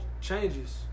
changes